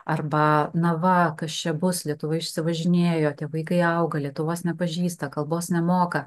arba na va kas čia bus lietuva išsivažinėja tie vaikai auga lietuvos nepažįsta kalbos nemoka